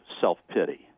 self-pity